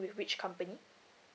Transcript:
with which company